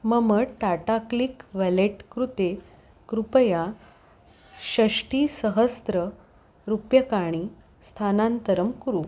मम Tata click wallet कृते कृपया षष्टिसहस्ररूप्यकाणि स्थानान्तरं कुरु